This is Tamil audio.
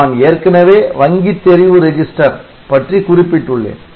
நான் ஏற்கனவே வங்கி தெரிவு ரெஜிஸ்டர் பற்றி குறிப்பிட்டுள்ளேன்